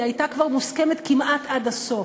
היא הייתה כבר מוסכמת כמעט עד הסוף,